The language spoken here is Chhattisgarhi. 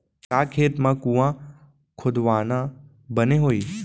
का खेत मा कुंआ खोदवाना बने होही?